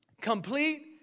Complete